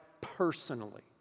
personally